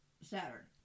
Saturn